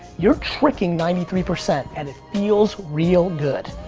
you're tricking ninety three percent and it feels real good.